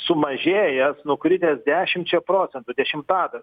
sumažėjęs nukritęs dešimčia procentų dešimtadaliu